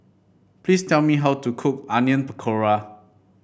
please tell me how to cook Onion Pakora